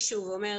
מולם.